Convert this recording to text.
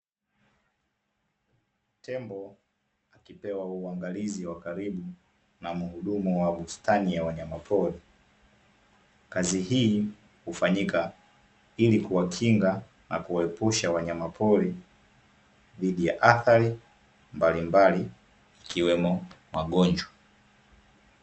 Tembo akipewa uangalizi wa karibu, na muhudumu wa bustani ya wanyama pori. Kazi hii hufanyika ili kuwakinga, na kuwaepusha wanyama pori, dhidi ya athari mbalimbali ikiwemo, magonjwa.